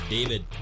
David